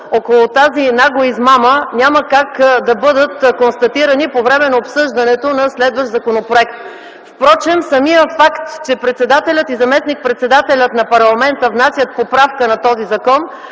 около тази нагла измама няма как да бъдат констатирани по време на обсъждането на следващ законопроект. (Реплики от ГЕРБ.) Впрочем, самият факт, че председателят и заместник-председателят на парламента внасят поправка на този закон,